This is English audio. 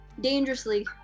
dangerously